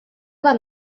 bat